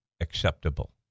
acceptable